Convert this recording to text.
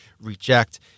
reject